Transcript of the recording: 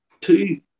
two